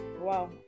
Wow